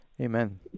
Amen